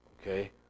okay